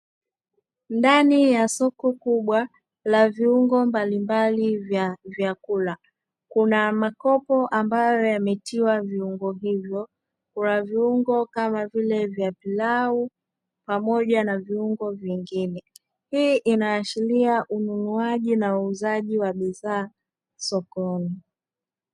Ndani ya soko kubwa la viungo mbalimbali vya vyakula kuna makopo ambayo yametiwa viungo hivyo kuna viungo kama vile vya pilau pamoja na viungo vingine, hii inaashiria ununuaji na uuzaji wa bidhaa sokoni.